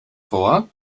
vor